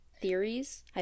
Theories